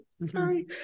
sorry